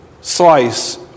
slice